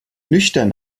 nüchtern